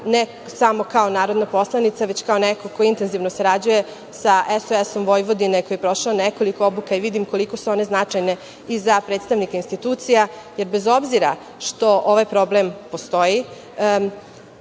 ne samo kao narodna poslanica, već kao neko ko intenzivno sarađuje sa SOS Vojvodine, koji je prošao nekoliko obuka i vidim koliko su one značajne i za predstavnike institucija, jer, bez obzira što ovaj problem postoji,